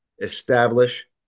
establish